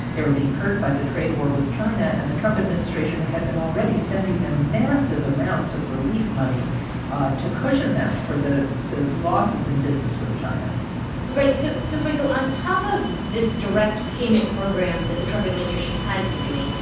they were being hurt by the trade war with china, and the trump administration had been already sending them massive amounts of relief money to cushion them for the the losses in business with china right. so, so franco, on top of this direct payment program that the trump administration has been doing,